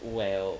well